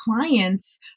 clients